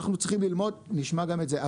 אנחנו צריכים ללמוד, נשמע גם את זה.